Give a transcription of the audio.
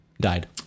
died